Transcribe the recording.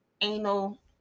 anal